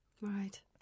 Right